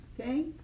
okay